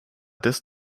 des